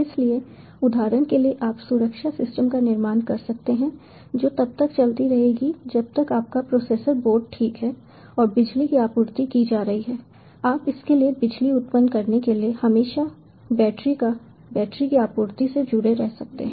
इसलिए उदाहरण के लिए आप सुरक्षा सिस्टम का निर्माण कर सकते हैं जो तब तक चलती रहेंगी जब तक आपका प्रोसेसर बोर्ड ठीक है और बिजली की आपूर्ति की जा रही है आप इसके लिए बिजली उत्पन्न करने के लिए हमेशा बैटरी की आपूर्ति से जुड़े रह सकते हैं